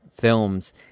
films